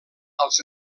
als